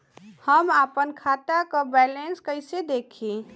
हम आपन खाता क बैलेंस कईसे देखी?